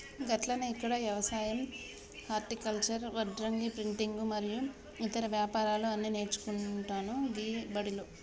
గట్లనే ఇక్కడ యవసాయం హర్టికల్చర్, వడ్రంగి, ప్రింటింగు మరియు ఇతర వ్యాపారాలు అన్ని నేర్పుతాండు గీ బడిలో